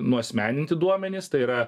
nuasmeninti duomenys tai yra